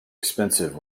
expensive